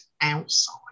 outside